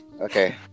okay